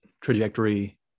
trajectory